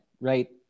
right